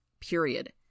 Period